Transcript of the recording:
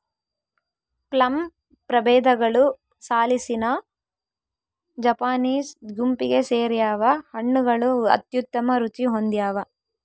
plum ಪ್ರಭೇದಗಳು ಸಾಲಿಸಿನಾ Japanese ಗುಂಪಿಗೆ ಸೇರ್ಯಾವ ಹಣ್ಣುಗಳು ಅತ್ಯುತ್ತಮ ರುಚಿ ಹೊಂದ್ಯಾವ